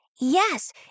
Yes